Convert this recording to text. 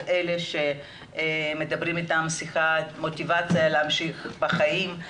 אלה שמדברים איתם שיחות מוטיבציה להמשיך בחיים,